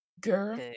Girl